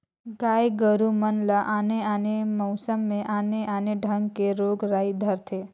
गाय गोरु मन ल आने आने मउसम में आने आने ढंग के रोग राई धरथे